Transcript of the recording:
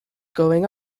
going